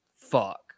fuck